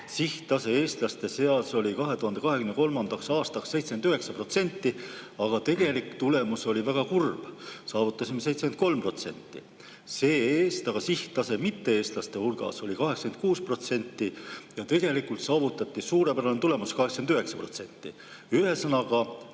sihttase eestlaste seas oli 2023. aastaks 79%, aga tegelik tulemus oli väga kurb, saavutasime 73%. See-eest aga sihttase mitte-eestlaste hulgas oli 86% ja tegelikult saavutati suurepärane tulemus, 89%. Ühesõnaga,